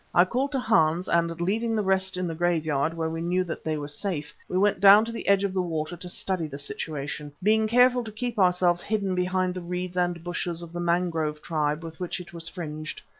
i called to hans and leaving the rest in the graveyard where we knew that they were safe, we went down to the edge of the water to study the situation, being careful to keep ourselves hidden behind the reeds and bushes of the mangrove tribe with which it was fringed.